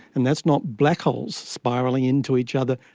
and that's not black holes spiralling into each other,